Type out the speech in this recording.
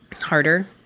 harder